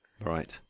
right